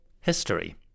history